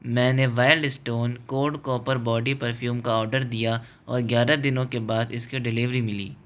मैंने Wild Stone Code Copper body perfume का order दिया और ग्यारह दिनों के बाद इसकी डिलीवरी मिली